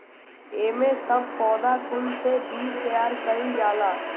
एमे सब पौधा कुल से बीज तैयार कइल जाला